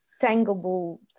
tangible